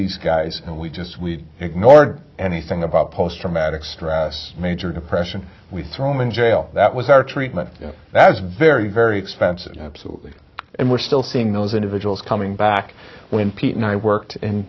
these guys and we just we ignored anything about post traumatic stress major depression we've thrown in jail that was our treatment that is very very expensive absolutely and we're still seeing those individuals coming back when pete and i worked in